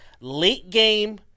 late-game